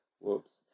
Whoops